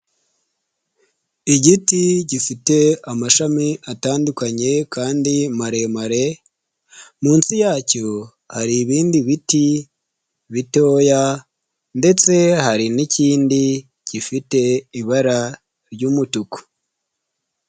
Igiti gifite amashami atandukanye kandi maremare, munsi yacyo hari ibindi biti bitoya ndetse hari n'ikindi gifite ibara ry'umutuku.